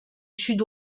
sud